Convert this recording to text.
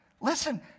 Listen